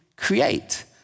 Create